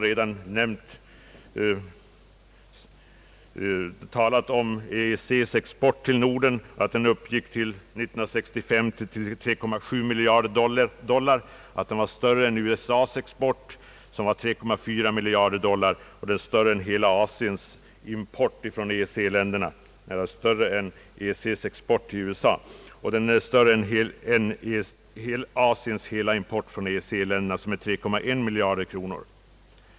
EEC:s export till Norden 1965 uppgick till 3,7 miljarder dollar. Den var således större än EEC:s export till USA, som uppgick till 3,4 miljarder dollar.